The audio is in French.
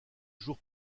jour